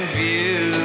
view